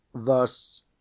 Thus